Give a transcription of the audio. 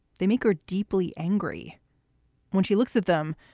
they make her deeply angry when she looks at them.